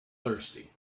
thirsty